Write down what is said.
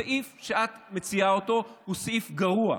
הסעיף שאת מציעה אותו הוא סעיף גרוע,